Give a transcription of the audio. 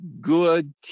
good